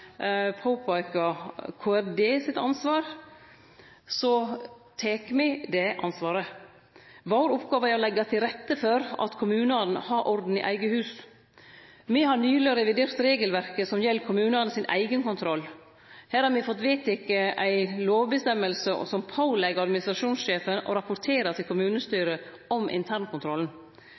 sitt ansvar, tek me det ansvaret. Vår oppgåve er å leggje til rette for at kommunane har orden i eige hus. Me har nyleg revidert regelverket som gjeld kommunane sin eigenkontroll. Her har me fått inn ei lovbestemming om å påleggje administrasjonssjefen å rapportere til kommunestyret om internkontrollen. Me trur at det kan vere med og setje internkontrollen